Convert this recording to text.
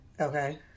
Okay